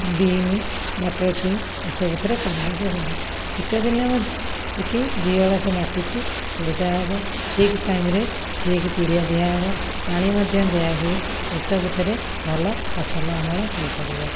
bin ମଟର ଛୁଇଁ ସବୁଥିରେ କରିବାକୁ ପଡ଼େ ଶୀତଦିନେ ମଧ୍ୟ କିଛି ଦୁଇ ଓଳା ମାଟିକୁ ଖୋରଚା ହେବ ଠିକ୍ ଟାଇମ୍ ରେ ଠିକି ପିଡ଼ିଆ ଦିଆହେବ ପାଣି ମଧ୍ୟ ଦିଆହୁଏ ଏସବୁଥିରେ ଭଲ ଫସଲ ଅମଳ ହୋଇପାରିବ